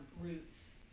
roots